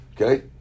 Okay